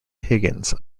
higgins